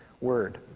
word